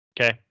Okay